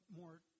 more